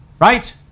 Right